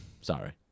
sorry